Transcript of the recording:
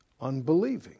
Unbelieving